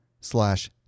slash